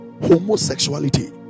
homosexuality